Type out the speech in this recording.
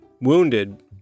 Wounded